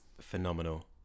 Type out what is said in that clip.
phenomenal